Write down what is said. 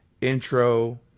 intro